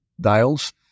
dials